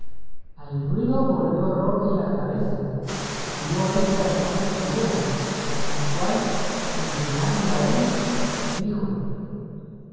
al ruido volvió roque la cabeza y vio esta hermosa figura la cual en llegando a él dijo